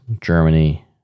Germany